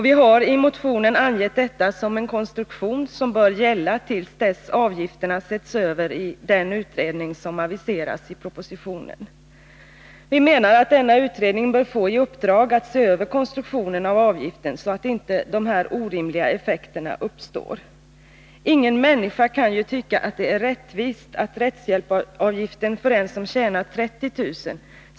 Vi har i motionen angett detta som en konstruktion som bör gälla till dess avgifterna setts över i den utredning som aviseras i propositionen. Vi menar att denna utredning bör få i uppdrag att se över konstruktionen av avgiften, så att inte dessa orimliga effekter uppstår. Ingen människa kan ju tycka att det är rättvist att rättshjälpsavgiften för en som tjänar 30 000 kr.